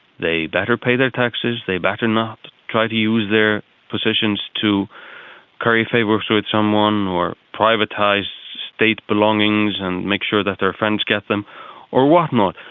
they better pay their taxes, they better not try to use their positions to curry favour so with someone or privatise state belongings and make sure that their friends get them or whatnot.